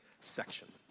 section